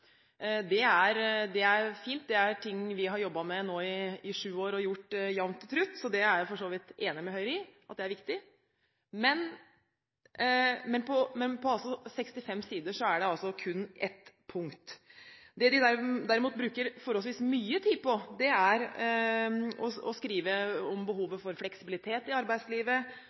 Det er fint. Det er ting vi har jobbet med i sju år og gjort jevnt og trutt, så det er jeg for så vidt enig med Høyre i at er viktig, men på 65 sider er det altså kun ett punkt. Det de derimot bruker forholdsvis mye tid på, er å skrive om behovet for fleksibilitet i arbeidslivet,